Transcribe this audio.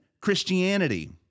Christianity